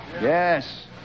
Yes